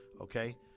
Okay